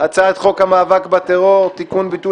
הצעת חוק המאבק בטרור (תיקון - ביטול